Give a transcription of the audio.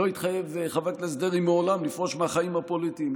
לא התחייב חבר הכנסת דרעי מעולם לפרוש מהחיים הפוליטיים,